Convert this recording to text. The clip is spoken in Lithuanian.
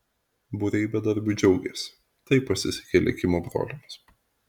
būriai bedarbių džiaugiasi tai pasisekė likimo broliams